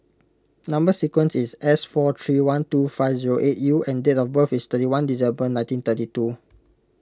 Number Sequence is S four three one two five zero eight U and date of birth is thirty one December nineteen thirty two